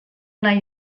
nahi